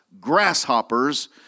grasshoppers